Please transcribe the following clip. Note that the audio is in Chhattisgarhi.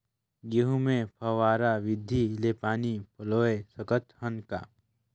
गहूं मे फव्वारा विधि ले पानी पलोय सकत हन का?